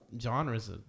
genres